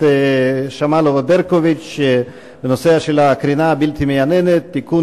שמאלוב-ברקוביץ בנושא הקרינה הבלתי מייננת (תיקון,